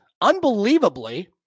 unbelievably